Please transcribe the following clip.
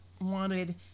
wanted